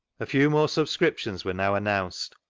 a few more subscriptions were now an nounced,